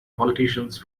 politicians